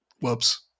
Whoops